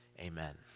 amen